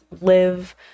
live